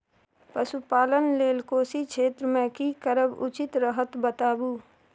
पशुपालन लेल कोशी क्षेत्र मे की करब उचित रहत बताबू?